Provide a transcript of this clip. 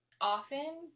often